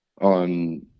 on